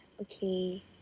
okay